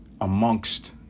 amongst